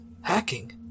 Hacking